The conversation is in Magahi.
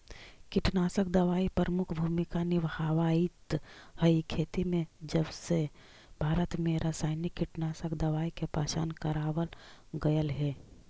कीटनाशक दवाई प्रमुख भूमिका निभावाईत हई खेती में जबसे भारत में रसायनिक कीटनाशक दवाई के पहचान करावल गयल हे